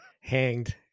hanged